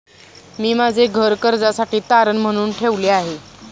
मी माझे घर कर्जासाठी तारण म्हणून ठेवले आहे